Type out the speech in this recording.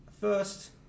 first